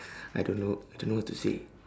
I don't know I don't know what to say